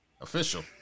official